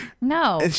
No